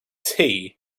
tea